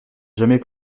jamais